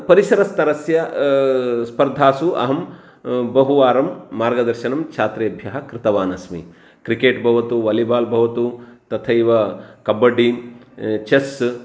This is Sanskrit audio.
परिसरस्तरस्य स्पर्धासु अहं बहुवारं मार्गदर्शनं छात्रेभ्यः कृतवानस्मि क्रिकेट् भवतु वालिबाल् भवतु तथैव कब्बड्डि चेस्